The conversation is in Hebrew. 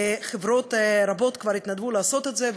וחברות רבות כבר התנדבו לעשות את זה,